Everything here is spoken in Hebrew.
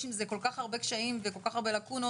יש עם זה כל כך הרבה קשיים וכל כך הרבה לאקונות.